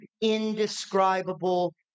indescribable